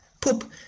Poop